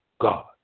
God